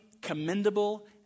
commendable